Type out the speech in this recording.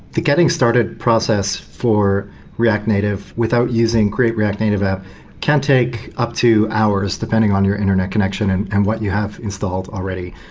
the getting started process for react native without using create native app can take up to hours depending on your internet connection and and what you have installed already.